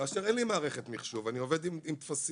כאשר אין לי מערכת מחשוב, אני עובד עם טפסים.